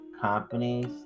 companies